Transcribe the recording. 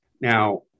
Now